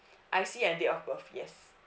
I_C and date of birth yes